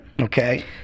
Okay